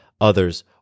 others